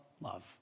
love